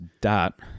dot